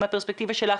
מהפרספקטיבה שלך,